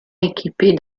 équipés